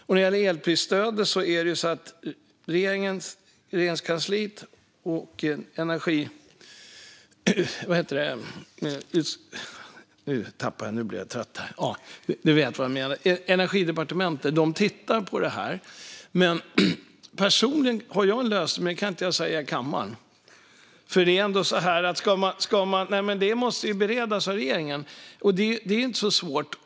När det gäller elprisstödet tittar Regeringskansliet och Näringsdepartementet på detta. Personligen har jag en lösning, men den kan jag inte berätta om här i kammaren. Detta måste nämligen beredas av regeringen. Det här är inte så svårt.